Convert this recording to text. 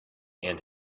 and